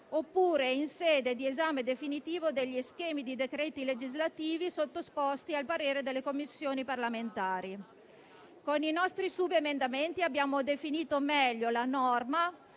oppure in sede di esame definitivo degli schemi di decreti legislativi sottoposti al parere delle Commissioni parlamentari. Con i nostri subemendamenti abbiamo definito meglio la norma,